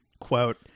quote